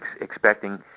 expecting